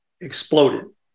exploded